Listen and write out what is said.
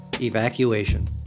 evacuation